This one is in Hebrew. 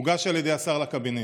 הוגש על ידי השר לקבינט.